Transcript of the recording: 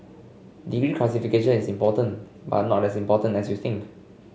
degree classification is important but not as important as you think